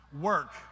work